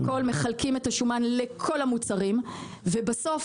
כל מחלקים את השומן לכל המוצרים ובסוף,